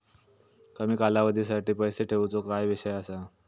कमी कालावधीसाठी पैसे ठेऊचो काय विषय असा?